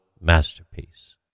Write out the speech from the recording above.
masterpiece